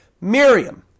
Miriam